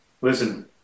listen